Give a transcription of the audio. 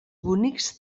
bonics